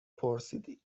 پرسیدی